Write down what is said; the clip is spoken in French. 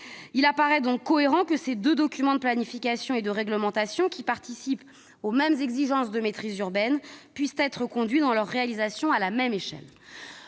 Il semble donc cohérent que ces deux documents de planification et de réglementation, qui participent aux mêmes exigences de maîtrise urbaine, puissent être conduits, dans leur réalisation, au même échelon.